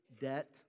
debt